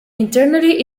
internally